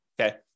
okay